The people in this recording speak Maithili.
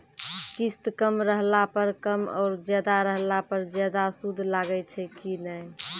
किस्त कम रहला पर कम और ज्यादा रहला पर ज्यादा सूद लागै छै कि नैय?